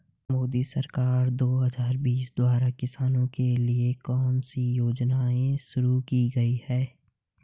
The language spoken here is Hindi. मोदी सरकार दो हज़ार बीस द्वारा किसानों के लिए कौन सी योजनाएं शुरू की गई हैं?